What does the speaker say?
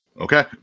Okay